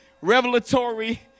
revelatory